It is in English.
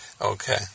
Okay